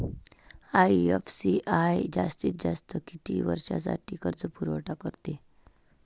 IFCI जास्तीत जास्त किती वर्षासाठी कर्जपुरवठा करते?